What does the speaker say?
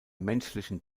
menschlichen